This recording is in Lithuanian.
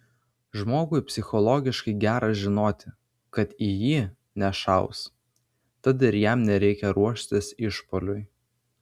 žmogui psichologiškai gera žinoti kad į jį nešaus tad ir jam nereikia ruoštis išpuoliui